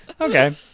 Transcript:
okay